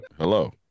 Hello